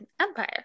empire